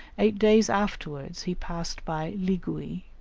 eight days afterwards he passed by ligui,